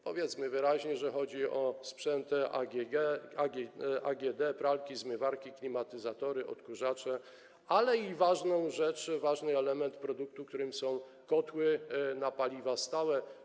Powiedzmy wyraźnie, że chodzi o sprzęty AGD, pralki, zmywarki, klimatyzatory, odkurzacze, ale i ważną rzecz, ważny element, produkt, którym są kotły na paliwa stałe.